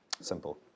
Simple